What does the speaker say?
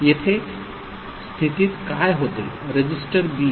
येथे स्थितीत काय होते रजिस्टर बी